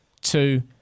two